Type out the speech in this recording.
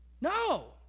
No